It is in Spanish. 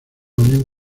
unión